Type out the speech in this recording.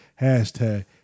Hashtag